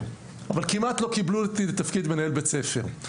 אבל כמעט לא קיבלו אותי לתפקיד מנהל בית ספר.